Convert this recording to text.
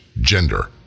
gender